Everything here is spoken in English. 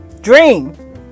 Dream